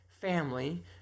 family